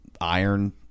iron